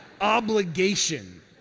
Obligation